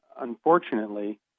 unfortunately